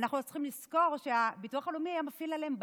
ואנחנו צריכים לזכור שהביטוח הלאומי היה מפעיל עליהן בלשים,